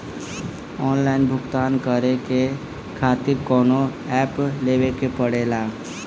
Online भुगतान करके के खातिर कौनो ऐप लेवेके पड़ेला?